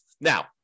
Now